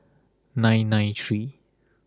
nine nine three